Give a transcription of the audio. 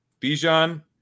Bijan